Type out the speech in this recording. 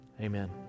Amen